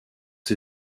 ses